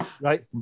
right